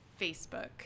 Facebook